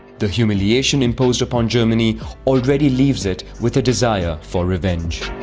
the humiliation imposed upon germany already leaves it with a desire for revenge.